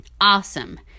Awesome